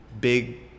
big